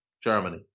Germany